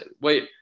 Wait